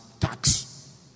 tax